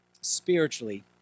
spiritually